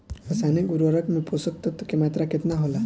रसायनिक उर्वरक मे पोषक तत्व के मात्रा केतना होला?